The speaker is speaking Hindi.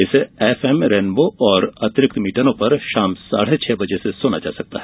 इसे एफ एम रेनबो और अतिरिक्त मीटरों पर शाम साढ़े छह बजे से सुना जा सकता है